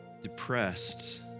depressed